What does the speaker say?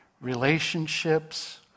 relationships